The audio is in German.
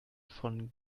von